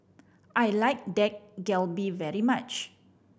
I like Dak Galbi very much